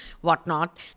whatnot